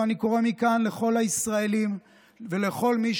ואני קורא מכאן לכל הישראלים ולכל מי